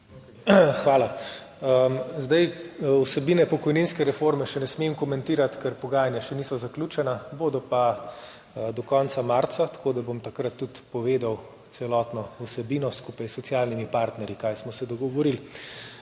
Hvala. Vsebine pokojninske reforme še ne smem komentirati, ker pogajanja še niso zaključena. Bodo pa do konca marca, tako da bom takrat tudi povedal celotno vsebino, skupaj s socialnimi partnerji, kaj smo se dogovorili.